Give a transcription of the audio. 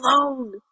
alone